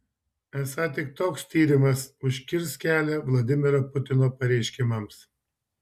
esą tik toks tyrimas užkirs kelią vladimiro putino pareiškimams